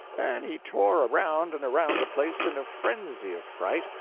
and he tore around and around the place in a frenzy of fright,